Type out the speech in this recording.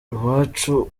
iwacu